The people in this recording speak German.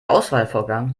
auswahlvorgang